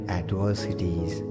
adversities